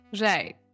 Right